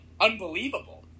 unbelievable